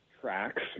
tracks